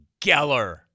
Geller